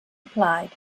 applied